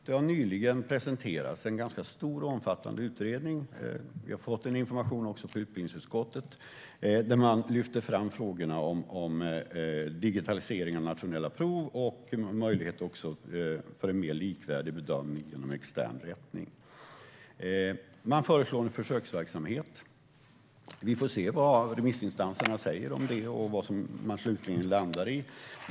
Det har nyligen presenterats en ganska stor och omfattande utredning - vi har också fått en information i utbildningsutskottet - där man lyfter fram frågorna om digitalisering av nationella prov och möjlighet till en mer likvärdig bedömning genom extern rättning. Man föreslår en försöksverksamhet. Vi får se vad remissinstanserna säger om det och vad man slutligen landar i.